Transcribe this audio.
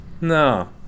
no